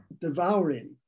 devouring